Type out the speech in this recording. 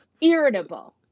irritable